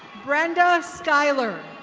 brenda skyler.